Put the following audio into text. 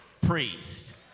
priest